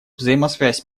взаимосвязь